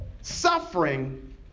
suffering